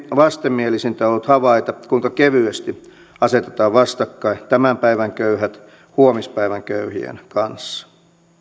vastenmielisintä on ollut havaita kuinka kevyesti asetetaan vastakkain tämän päivän köyhät huomispäivän köyhien kanssa